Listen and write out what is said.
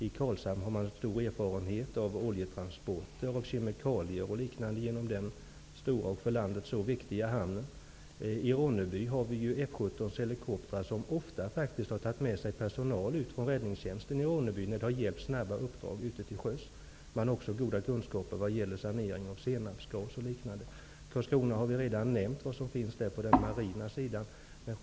I Karlshamn finns stor erfarenhet av exempelvis olje och kemikalietransporter genom den stora och för landet så viktiga hamnen. I Ronneby finns F 17:s helikoptrar som faktiskt ofta tagit med sig personal från räddningstjänsten i Ronneby när det gällt snabba uppdrag ute till sjöss. Kunskaperna vad gäller sanering av t.ex. senapsgas är också goda. Vilka resurser som finns i Karlskrona på den marina sidan har redan nämnts.